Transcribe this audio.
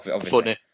funny